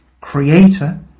creator